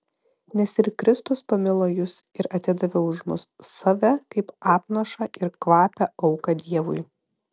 nes ir kristus pamilo jus ir atidavė už mus save kaip atnašą ir kvapią auką dievui